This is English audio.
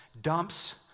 Dumps